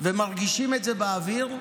מרגישים את זה באוויר,